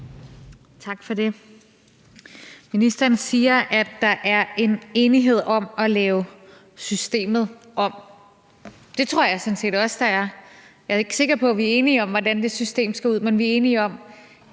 Tak for det. Ministeren siger, at der er en enighed om at lave systemet om. Det tror jeg sådan set også der er. Jeg er ikke sikker på, at vi er enige om, hvordan det system skal se ud, men vi er enige om,